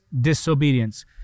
disobedience